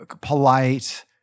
polite